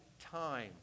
time